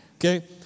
Okay